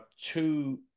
two